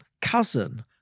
cousin